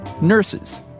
Nurses